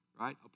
right